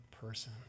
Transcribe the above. person